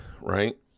right